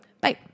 bye